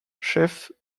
chef